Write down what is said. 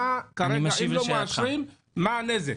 מה הנזק?